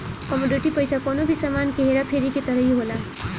commodity पईसा कवनो भी सामान के हेरा फेरी के तरही होला